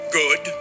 good